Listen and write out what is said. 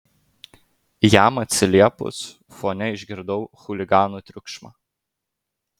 jam atsiliepus fone išgirdau chuliganų triukšmą